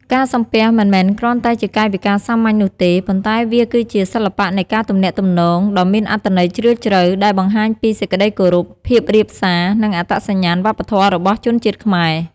ការសំពះមិនមែនគ្រាន់តែជាកាយវិការសាមញ្ញនោះទេ ប៉ុន្តែវាគឺជា សិល្បៈនៃការទំនាក់ទំនង ដ៏មានអត្ថន័យជ្រាលជ្រៅ ដែលបង្ហាញពី សេចក្ដីគោរព ភាពរាបទាប និងអត្តសញ្ញាណវប្បធម៌ របស់ជនជាតិខ្មែរ។